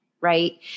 right